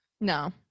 no